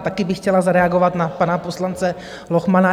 Také bych chtěla zareagovat na pana poslance Lochmana.